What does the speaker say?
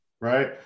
right